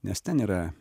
nes ten yra